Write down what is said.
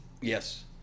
Yes